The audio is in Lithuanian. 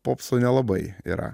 popso nelabai yra